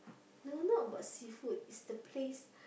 no not about seafood is the place